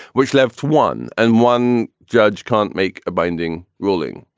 which left one and one judge can't make a binding ruling.